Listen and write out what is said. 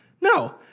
No